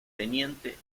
teniente